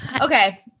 Okay